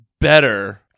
better